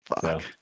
Fuck